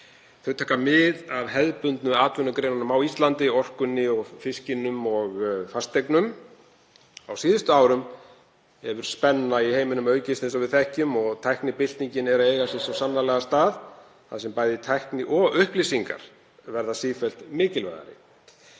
Þau taka mið af hefðbundnu atvinnugreinunum á Íslandi, orkunni, fiskinum og fasteignum. Á síðustu árum hefur spenna í heiminum aukist, eins og við þekkjum, og tæknibyltingin á sér svo sannarlega stað þar sem bæði tækni og upplýsingar verða sífellt mikilvægari.